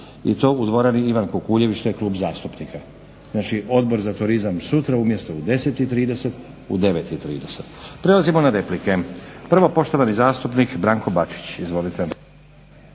i to dvorani Ivan Kukuljević, to je klub zastupnika. Znači Odbor za turizam sutra umjesto u 10,30 u 9,30. Prelazimo na replike. Prvo, poštovani zastupnik Branko Bačić. Izvolite.